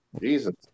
Jesus